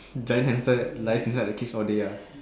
giant hamster that lies inside the cage all day ah